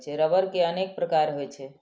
रबड़ के अनेक प्रकार होइ छै